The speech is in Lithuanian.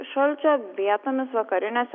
šalčio vietomis vakariniuose